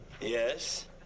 Yes